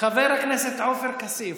חבר הכנסת עופר כסיף,